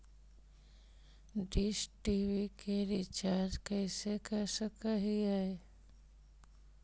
Dish TV के recharge कैसे कर सक हिय?